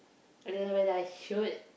I don't know whether I should